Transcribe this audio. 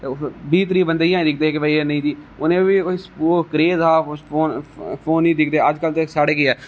बी त्री बंदे इयां गै दिक्खदे है कि भाई इनेंगी कोई क्रेज हा फोन नेईं है दिखदे अजकल ते साढ़े केह् है